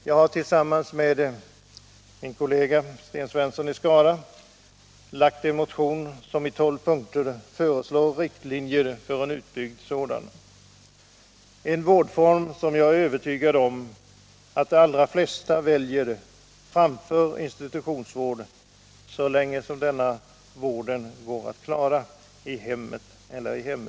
Jag har tillsammans med Sten Svensson i Skara väckt en motion, där vi i tolv punkter föreslår riktlinjer för en utbyggd hemsjukvård, en vårdform som jag är övertygad om att de allra flesta så länge som möjligt väljer framför institutionsvård.